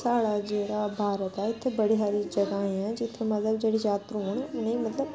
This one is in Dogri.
साढ़ा जेह्ड़ा भारत ऐ इत्थै बड़ी सारी जगह् ऐं जित्थे मतलब जेह्ड़े जात्तरू न उ'नेंई मतलब